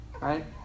right